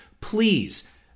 Please